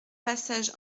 passage